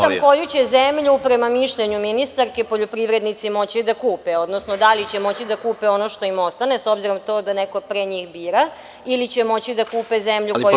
Ja pitam koju će zemlju, prema mišljenju ministarke, poljoprivrednici moći da kupe, odnosno da li će moći da kupe ono što im ostane, s obzirom na to da neko pre njih bira, ili će moći da kupe zemlju koju žele?